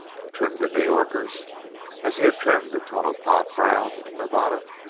to trim the new yorkers as he had trimmed the tonopah crowd in nevada?